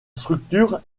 structure